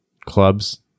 clubs